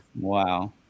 Wow